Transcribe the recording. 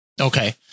Okay